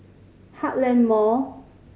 Heartland Mall